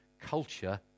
culture